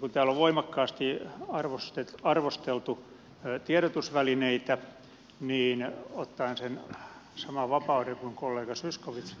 kun täällä on voimakkaasti arvosteltu tiedotusvälineitä niin ottaen sen saman vapauden kuin kollega zyskowicz